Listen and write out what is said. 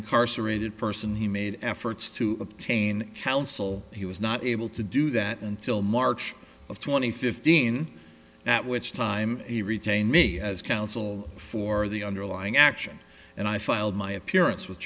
incarcerated person he made efforts to obtain counsel he was not able to do that until march of two thousand and fifteen at which time he retained me as counsel for the underlying action and i filed my appearance with